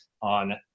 on